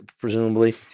presumably